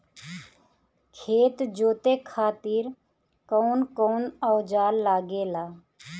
खेत जोते खातीर कउन कउन औजार लागेला?